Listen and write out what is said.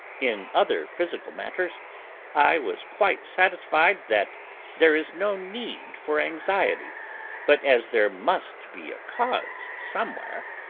in other physical matters i was quite satisfied that there is no need for anxiety but as there must be a cause somewhere,